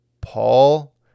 Paul